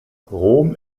rom